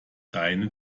deine